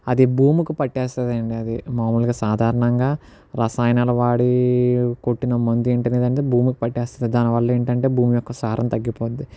అది భూమికి పట్టేస్తుందండీ అది మామూలుగా సాధారణంగా రసాయనాలు వాడి కొట్టిన మందేంటంటే భూమికి పట్టేస్తుంది దానివల్ల ఏంటంటే భూమి యొక్క సారం తగ్గిపోద్ది